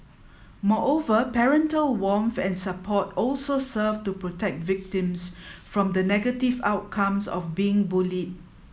moreover parental warmth and support also serve to protect victims from the negative outcomes of being bullied